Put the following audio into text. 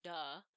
Duh